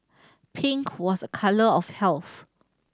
pink was a colour of health